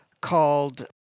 called